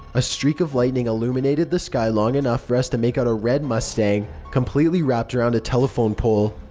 a streak of lightning illuminated the sky long enough for us to make out a red mustang completely wrapped around a telephone poll.